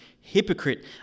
hypocrite